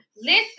Listen